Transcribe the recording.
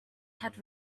had